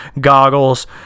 goggles